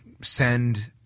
send